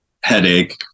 headache